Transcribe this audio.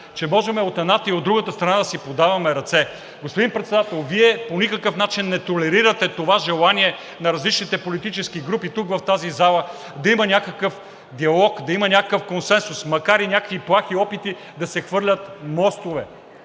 че можем и от едната, и от другата страна да си подаваме ръце. Господин Председател, Вие по-никакъв начин не толерирате това желание на различните политически групи тук в тази зала да има някакъв диалог, да има някакъв консенсус, макар и някакви плахи опити да се хвърлят мостове.